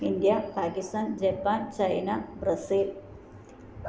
India Pakistan Japan China Brazil